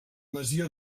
masia